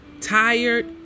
tired